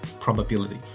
probability